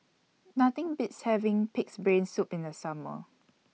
Nothing Beats having Pig'S Brain Soup in The Summer